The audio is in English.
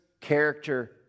character